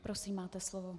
Prosím, máte slovo.